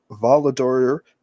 Volador